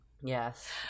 Yes